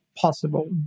possible